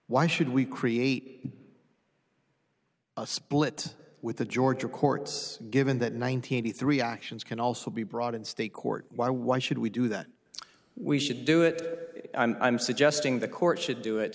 why should we create a split with the georgia courts given that ninety three actions can also be brought in state court why why should we do that we should do it i'm suggesting the court should do it